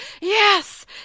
yes